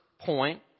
point